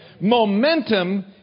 Momentum